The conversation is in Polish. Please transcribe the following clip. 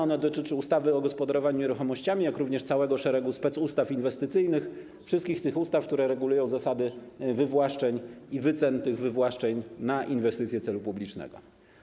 Ona dotyczy ustawy o gospodarowaniu nieruchomościami, jak również całego szeregu specustaw inwestycyjnych, wszystkich ustaw, które regulują zasady wywłaszczeń i wycen tych wywłaszczeń na inwestycje celu publicznego.